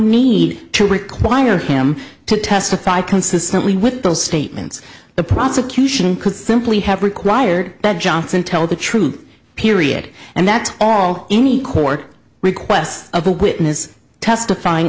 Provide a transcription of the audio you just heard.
need to require him to testify consistently with those statements the prosecution could simply have required that johnson tell the truth period and that's all any court requests of a witness testifying